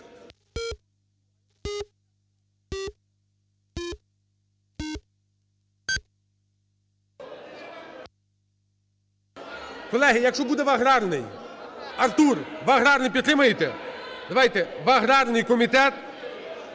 Колеги, якщо буде в аграрний? Артур, в аграрний підтримаєте? Давайте, в аграрний комітет…